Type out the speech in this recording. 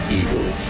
evil